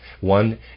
one